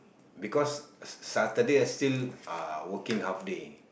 because Saturday I still uh working half day